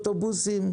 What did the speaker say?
אוטובוסים,